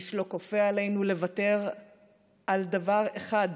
איש לא כופה עלינו לוותר על דבר אחד.